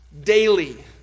daily